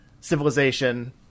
civilization